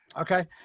okay